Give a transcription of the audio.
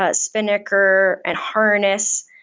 ah spinnaker and harness.